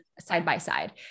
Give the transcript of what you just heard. side-by-side